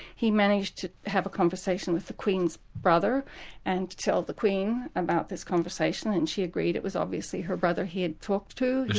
he managed to have a conversation with the queen's brother and tell the queen about this conversation, and she agreed it was obviously her brother he had talked to.